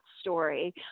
story